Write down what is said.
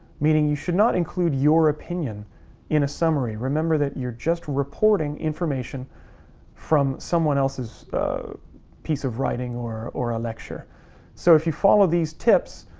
meaning you should not include your opinion in a summary, remember that you're just reporting information from someone else's piece of writing or or lecture so if you follow these tips,